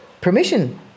permission